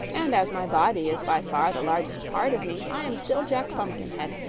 and as my body is by far the largest part of me, i am still jack pumpkinhead,